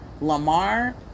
Lamar